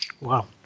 Wow